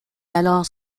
alors